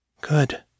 Good